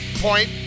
point